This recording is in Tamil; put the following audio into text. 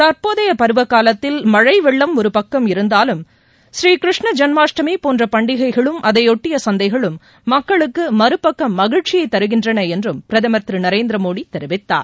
தற்போதைய பருவகாலத்தில் மழை வெள்ளம் ஒருபக்கம் இருந்தாலும் பூரீ கிருஷ்ண ஜென்மாஷ்டமி போன்ற பண்டிகைகளும் அதைபொட்டிய சந்தைகளும் மக்களுக்கு மறுபக்கம் மகிழ்ச்சியை தருகின்றன என்றும் பிரதமர் திரு நரேந்திரமோடி தெரிவித்தார்